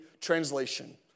Translation